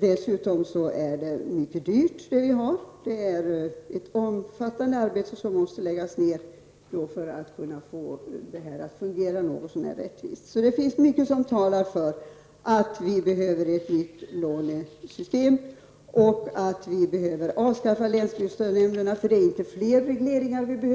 Dessutom vill jag säga att det system som vi nu har är mycket kostsamt. Ett omfattande arbete måste nämligen läggas ned på att få det här att fungera något så när rättvist. Mycket talar således för att det behövs ett nytt lånesystem och för att länsbostadsnämnderna behöver avskaffas,